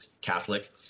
Catholic